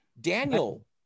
Daniel